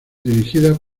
dirigida